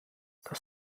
das